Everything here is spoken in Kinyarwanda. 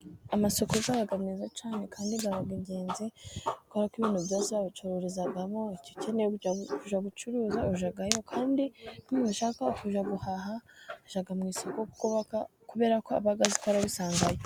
Amasoko aba meza cyane kandi aba ari ingenzi, kubera ko ibintu byose babicururizamo. Icyo ukeneye gucuruza ujyayo, kandi niba ushaka kujya guhaha ujya mu isoko, kubera ko aba azi ko abisangayo.